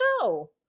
show